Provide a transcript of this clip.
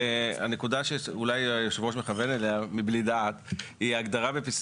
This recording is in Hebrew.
הנקודה שאולי יושב הראש מכוון אליה מבלי דעת היא הגדרה לפי